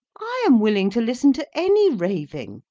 i am willing to listen to any raving,